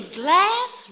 glass